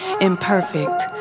imperfect